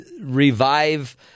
revive